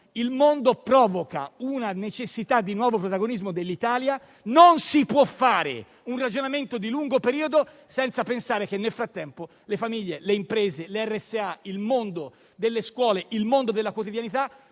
il mondo rende necessario un nuovo protagonismo dell'Italia. Non si può fare un ragionamento di lungo periodo senza pensare che nel frattempo le famiglie, le imprese, le RSA, il mondo delle scuole e della quotidianità